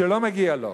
שלא מגיע לו.